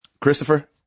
christopher